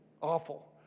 awful